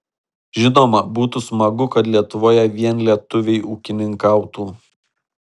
žinoma būtų smagu kad lietuvoje vien lietuviai ūkininkautų